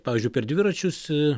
pavyzdžiui per dviračius